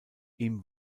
ihm